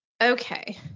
Okay